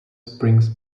springs